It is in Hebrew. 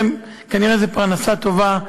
כנראה זאת פרנסה טובה,